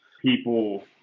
people